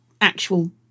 actual